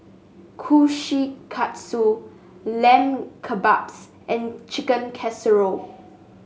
Kushikatsu Lamb Kebabs and Chicken Casserole